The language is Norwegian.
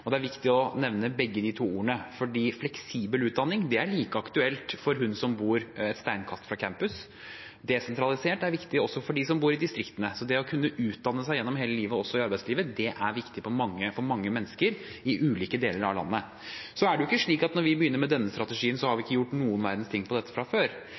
Det er viktig å nevne begge de to ordene, for fleksibel utdanning er like aktuelt for henne som bor et steinkast fra campus. Desentralisert utdanning er viktig for dem som bor i distriktene. Det å kunne utdanne seg gjennom hele livet, også i arbeidslivet, er viktig for mange mennesker i ulike deler av landet. Så er det ikke slik at når vi begynner med denne strategien, har vi ikke gjort noen verdens ting på dette området fra før.